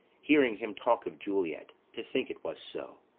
hearing him talk of juliet to think it was so?